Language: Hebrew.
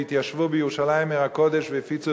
והתיישבו